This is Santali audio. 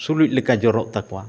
ᱥᱩᱱᱩᱡ ᱞᱮᱠᱟ ᱡᱚᱨᱚᱜ ᱛᱟᱠᱚᱣᱟ